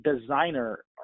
designer